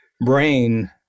brain